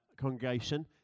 congregation